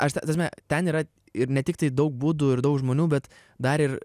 aš ta prasme ten yra ir ne tiktai daug būdų ir daug žmonių bet dar ir